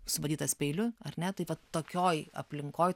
subadytas peiliu ar ne tai vat tokioj aplinkoj